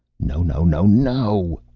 no, no, no, no,